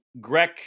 Greg